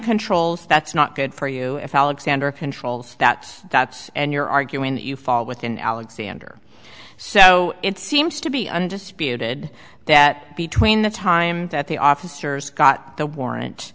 controls that's not good for you if alexander controls that that's and you're arguing that you fall within alexander so it seems to be undisputed that between the time that the officers got the warrant